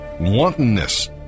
wantonness